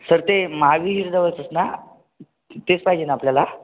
sir ते महावीर जवळचंच ना तेच पाहिजे ना आपल्याला